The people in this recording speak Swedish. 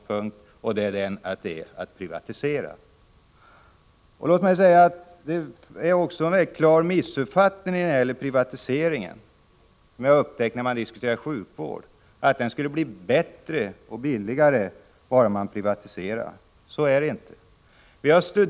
Låt mig också säga att jag anser att det föreligger en klar missuppfattning när det gäller privatiseringen av sjukvården, nämligen att sjukvården skulle bli bättre och billigare bara man privatiserar. Så är det inte.